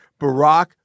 Barack